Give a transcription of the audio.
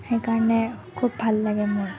সেইকাৰণে খুব ভাল লাগে মোৰ